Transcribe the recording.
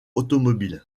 automobile